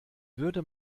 würde